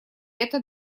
это